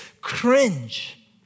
cringe